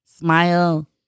Smile